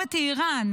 הכתובת היא איראן.